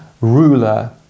ruler